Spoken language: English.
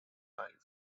life